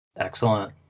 Excellent